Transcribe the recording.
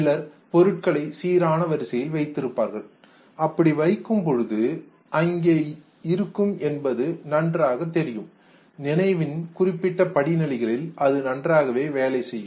சிலர் பொருட்களை சீரான வரிசையில் வைத்திருப்பார்கள் அப்படி வைக்கும் பொழுதுஅவை எங்கே இருக்கும் என்பது நன்றாக தெரியும் நினைவின் குறிப்பிட்ட படிநிலைகளில் அது நன்றாகவே வேலை செய்யும்